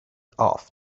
off